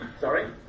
Sorry